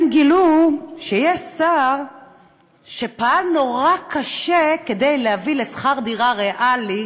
הם גילו שיש שר שפעל נורא קשה כדי להביא לשכר דירה ריאלי